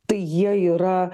tai jie yra